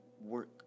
work